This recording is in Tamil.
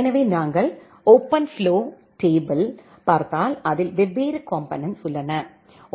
எனவே நாங்கள் ஓபன்ஃப்ளோ ஃப்ளோ டேபிள் பார்த்தால் அதில் வெவ்வேறு காம்போனெனென்ட்ஸ் உள்ளன